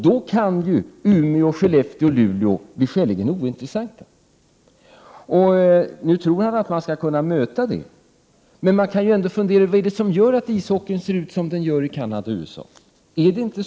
Då kan Umeå, Skellefteå och Luleå bli skäligen ointressanta. Nu tror han att vi skall kunna möta detta, men vi kan ändå fundera över vad det är som gör att ishockeyn ser ut som den gör i Canada och USA.